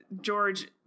George